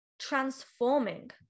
transforming